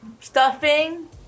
stuffing